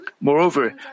moreover